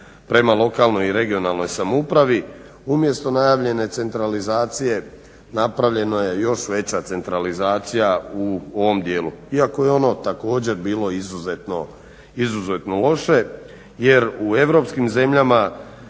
prema lokalnoj i regionalnoj samoupravi. U mjesto najavljene centralizacija napravljena je još veća centralizacija u ovom dijelu iako je ono bilo također izuzetno loše jer u europskim zemljama